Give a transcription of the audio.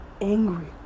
angry